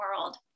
world